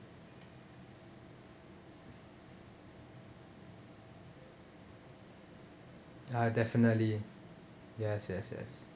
ah definitely yes yes yes